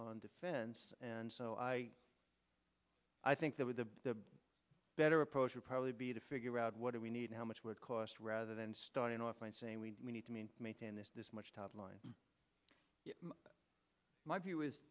on defense and so i i think that with a better approach would probably be to figure out what do we need how much would cost rather than starting off by saying we need to mean maintain this this much top line my view is